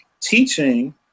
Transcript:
teaching